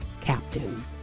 captain